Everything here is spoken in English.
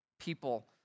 People